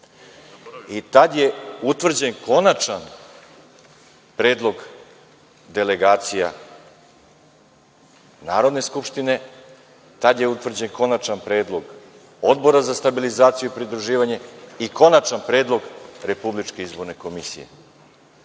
Tada je utvrđen konačan Predlog delegacija Narodne skupštine, tada je utvrđen konačan Predlog Odbora za stabilizaciju i pridruživanje i konačan Predlog Republičke izborne komisije,